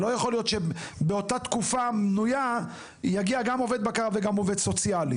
לא יכול להיות שבאותה תקופה מנויה יגיע גם עובד בקרה וגם עובד סוציאלי.